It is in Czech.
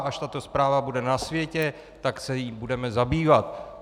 Až tato zpráva bude na světě, tak se jí budeme zabývat.